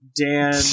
Dan